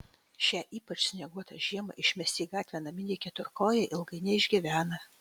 šią ypač snieguotą žiemą išmesti į gatvę naminiai keturkojai ilgai neišgyvena